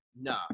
no